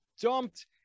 dumped